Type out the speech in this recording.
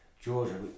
Georgia